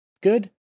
good